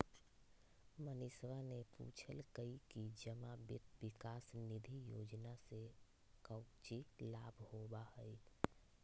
मनीषवा ने पूछल कई कि जमा वित्त विकास निधि योजना से काउची लाभ होबा हई?